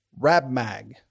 Rabmag